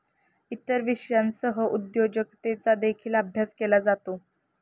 इतर विषयांसह उद्योजकतेचा देखील अभ्यास केला जातो